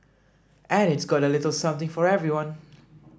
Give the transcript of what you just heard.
and it's got a little something for everyone